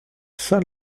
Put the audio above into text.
saint